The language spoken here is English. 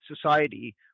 society